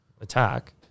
attack